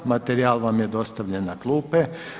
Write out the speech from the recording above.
Materijal vam je dostavljen na klupe.